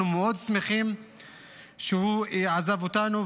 אנחנו מאוד שמחים שהוא עזב אותנו,